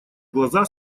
глаза